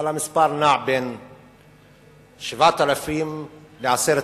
אבל המספר נע בין 7,000 ל-10,000